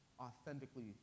authentically